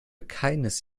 keines